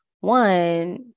One